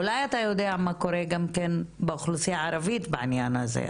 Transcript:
אולי אתה יודע מה קורה גם כן באוכלוסייה הערבית בעניין הזה,